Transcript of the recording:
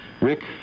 Rick